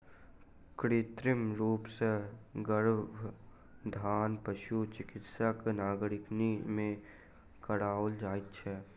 कृत्रिम रूप सॅ गर्भाधान पशु चिकित्सकक निगरानी मे कराओल जाइत छै